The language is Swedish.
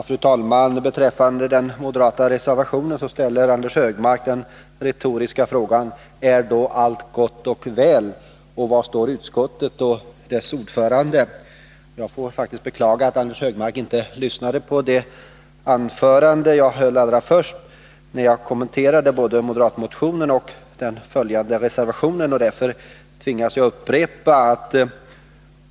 Fru talman! Beträffande den moderata reservationen ställde Anders Högmark den retoriska frågan: Är då allt gott och väl? Han undrade också: Var står utskottet och dess ordförande i detta sammanhang? Jag får faktiskt beklaga att Anders Högmark inte lyssnade till det anförande som jag höll allra först, där jag kommenterade både moderatmotionen och den reservation som denna har föranlett. Därför tvingas jag upprepa följande.